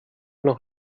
noch